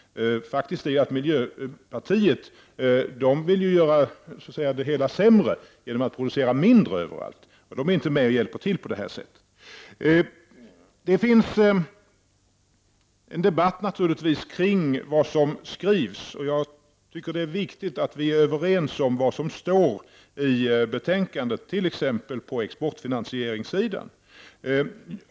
Faktum är ju att miljöpartiet vill göra det hela sämre genom producera mindre överallt. På det sättet är miljöpartiet inte med och hjälper till. Det förs en debatt kring vad som skrivs. Jag tycker att det är viktigt att vi är överens om vad som står i betänkandet t.ex. om exportfinansiering.